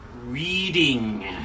reading